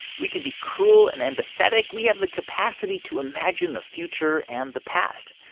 we can be cruel and empathetic. we have the capacity to imagine the future and the past.